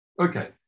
Okay